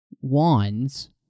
wands